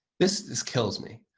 this this kills me.